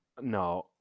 No